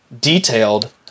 detailed